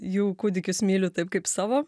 jų kūdikius myliu taip kaip savo